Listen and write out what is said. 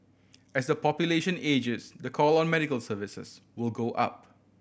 as the population ages the call on medical services will go up